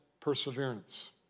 perseverance